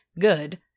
good